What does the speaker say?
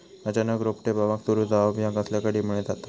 अचानक रोपटे बावाक सुरू जवाप हया कसल्या किडीमुळे जाता?